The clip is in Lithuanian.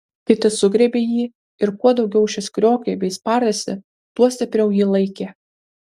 kiti sugriebė jį ir kuo daugiau šis kriokė bei spardėsi tuo stipriau jį laikė